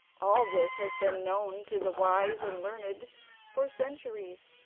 all this has been known to the wise and learned for centuries,